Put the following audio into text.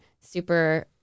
super